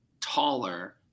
taller